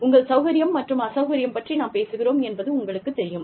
உங்கள் சௌகரியம் மற்றும் அசௌகரியம் பற்றி நாம் பேசுகிறோம் என்பது உங்களுக்குத் தெரியும்